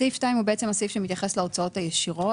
סעיף (2) מתייחס להוצאות הישירות.